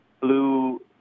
Blue